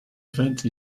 event